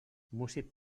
músic